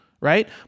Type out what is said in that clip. right